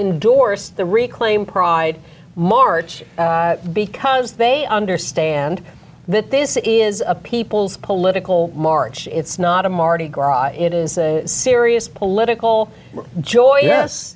endorsed the reclaim pride march because they understand that this is a people's political march it's not a mardi gras it is a serious political joy yes